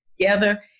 together